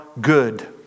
good